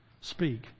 speak